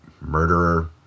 murderer